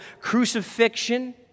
crucifixion